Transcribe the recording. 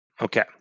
Okay